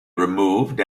removed